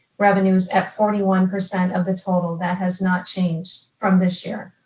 revenues at forty one percent of the total that has not changed from this year.